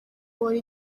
wari